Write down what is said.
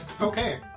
Okay